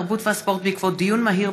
התרבות והספורט בעקבות דיון מהיר